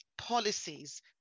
policies